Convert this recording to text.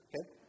Okay